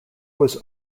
was